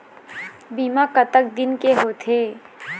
बीमा कतक दिन के होते?